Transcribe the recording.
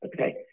Okay